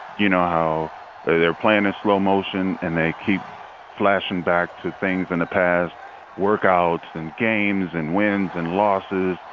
you know, how they're they're playing in slow motion, and they keep flashing back to things in the past workouts and games and wins and losses.